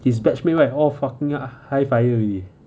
his batch mate right all fucking high fire already